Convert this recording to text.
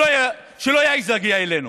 שלא יעז להגיע אלינו.